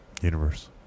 Universe